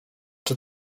czy